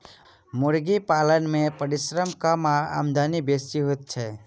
मुर्गी पालन मे परिश्रम कम आ आमदनी बेसी होइत छै